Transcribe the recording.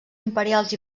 imperials